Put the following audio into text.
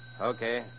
Okay